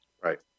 Right